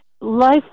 Life